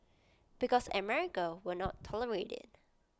because America will not tolerate IT